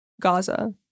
Gaza